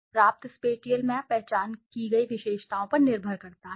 प्राप्त spatial map पहचान की गई विशेषताओं पर निर्भर करता है